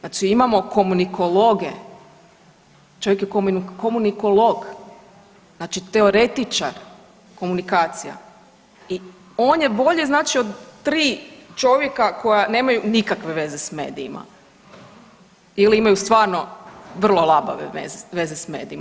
Znači imamo komunikologe, čovjek je komunikolog, znači teoretičar komunikacija i on je bolje znači od 3 čovjeka koji nemaju nikakve veze s medijima ili imaju stvarno vrlo labave veze s medijima.